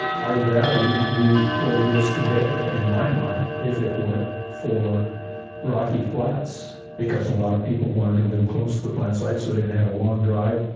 arvada wouldn't be what it is today, in my mind, if it weren't for rocky flats because a lot of people wanted to live close to the plant site so they didn't have a long drive.